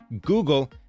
google